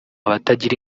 abatagira